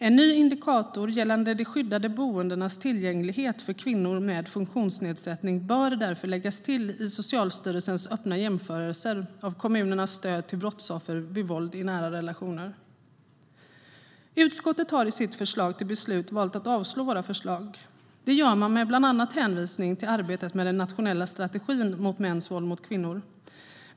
En ny indikator gällande de skyddade boendenas tillgänglighet för kvinnor med funktionsnedsättning bör därför läggas till i Socialstyrelsens öppna jämförelser av kommunernas stöd till brottsoffer vid våld i nära relationer. Utskottet har i sitt förslag till beslut valt att avslå våra förslag. Det gör man bland annat med hänvisning till arbetet med den nationella strategin mot mäns våld mot kvinnor.